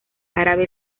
árabe